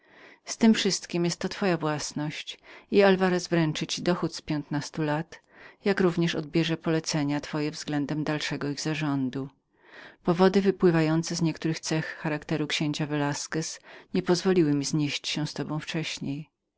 z tem wsystkiemwszystkiem jest to twoja własność i alwarez wręczy ci dochód z piętnastu lat jak również odbierze polecenia twoje względem dalszego ich zarządu powody wypływające z niektórych cech charakteru księcia velasquez nie pozwoliły mi znieść się z tobą wcześniej